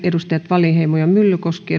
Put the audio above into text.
edustajat wallinheimo ja myllykoski